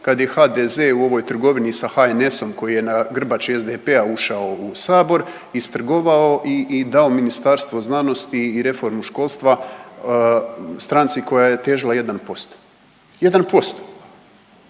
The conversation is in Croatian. kad je HDZ u ovoj trgovini sa HNS-om koji je na grbači SDP-a ušao u Sabor istrgovao i dao Ministarstvo znanosti i reformu školstva stranci koja je težila 1%, 1%.